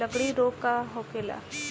लगड़ी रोग का होखेला?